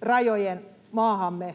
rajojen maahamme.